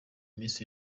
miss